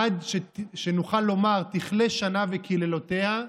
עד שנוכל לומר "תכלה שנה וקללותיה,